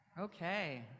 Okay